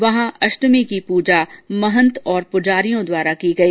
वहां अष्टमी की पूजा महंत और पुजारियों द्वारा की गई